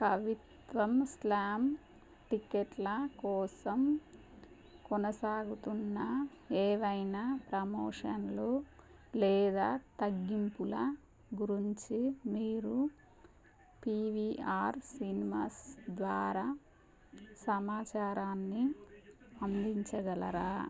కవిత్వం స్లామ్ టిక్కెట్ల కోసం కొనసాగుతున్న ఏవైనా ప్రమోషన్లు లేదా తగ్గింపుల గురించి మీరు పీవీఆర్ సినిమాస్ ద్వారా సమాచారాన్ని అందించగలరా